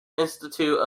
institute